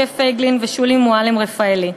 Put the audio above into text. משה פייגלין ושולי מועלם-רפאלי.